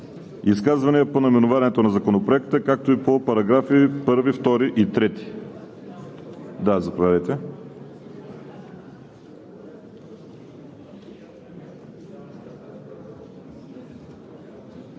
Изказвания по наименованието на Законопроекта, както и по параграфи 1, 2 и 3? Заповядайте,